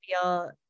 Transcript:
feel